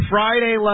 Friday